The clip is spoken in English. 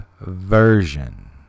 version